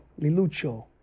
Lilucho